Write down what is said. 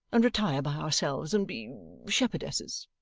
and retire by ourselves and be shepherdesses.